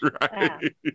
right